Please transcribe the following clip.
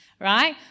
right